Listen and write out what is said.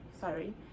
Sorry